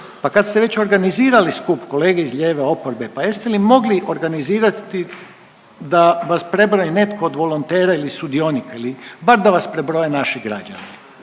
Pa kad ste već organizirali skup kolege iz lijeve oporbe, pa jeste li mogli organizirati da vas prebroji netko od volontera ili sudionika ili bar da vas prebroje naši građani.